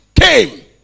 came